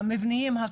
המבניים,